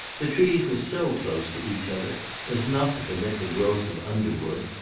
the trees were so close to each other as not to permit the growth of underwood,